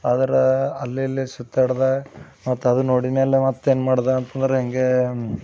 ಆದರ ಅಲ್ಲಿ ಇಲ್ಲಿ ಸುತ್ತಾಡಿದ ಮತ್ತದು ನೋಡಿದ ಮ್ಯಾಲ ಮತ್ತೇನು ಮಾಡಿದ ಅಂತ ಅಂದ್ರೆ ಹಿಂಗೆ